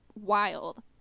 wild